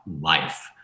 life